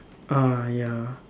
ah ya